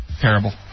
Terrible